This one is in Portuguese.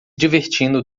divertindo